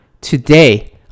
Today